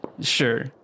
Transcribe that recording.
sure